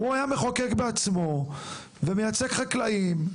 הוא היה מחוקק בעצמו ומייצג חקלאים,